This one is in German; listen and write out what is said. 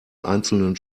einzelnen